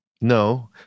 No